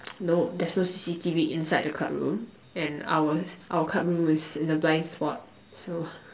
no there's no C_C_T_V inside the club room and our our club room is in a blind spot so